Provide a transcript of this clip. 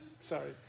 Sorry